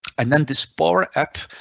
and then this power app,